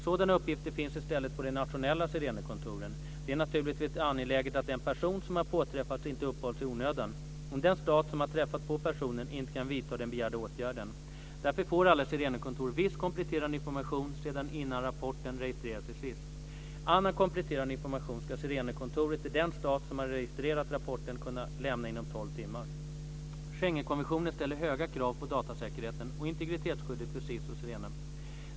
Sådana uppgifter finns i stället på de nationella Sirenekontoren. Det är naturligtvis angeläget att den person som har påträffats inte uppehålls i onödan om den stat som har träffat på personen inte kan vidta den begärda åtgärden. Därför får alla Sirenekontor viss kompletterande information redan innan rapporten registreras i SIS. Annan kompletterande information ska Sirenekontoret i den stat som har registrerat rapporten kunna lämna inom tolv timmar. Schengenkonventionen ställer höga krav på datasäkerheten och integritetsskyddet för SIS och Sirene.